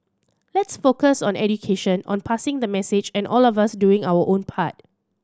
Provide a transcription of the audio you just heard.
let's focus on education on passing the message and all of us doing our own part